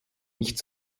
nicht